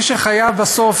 מי שחייב בסוף,